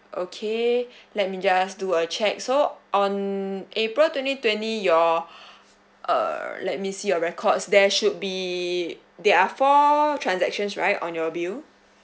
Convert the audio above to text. okay let me just do a check so on april twenty twenty your err let me see your records there should be there are four transactions right on your bill